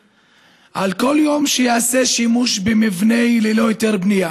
על כל יום שייעשה שימוש במבנה ללא היתר בנייה,